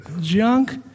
junk